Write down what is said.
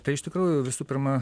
tai iš tikrųjų visų pirma